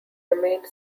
remained